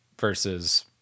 versus